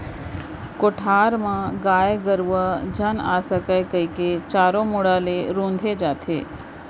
कोठार म गाय गरूवा झन आ सकय कइके चारों मुड़ा ले रूंथे जाथे